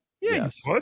Yes